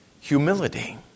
humility